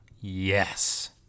yes